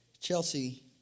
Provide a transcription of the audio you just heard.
Chelsea